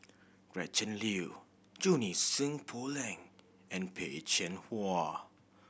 Gretchen Liu Junie Sng Poh Leng and Peh Chin Hua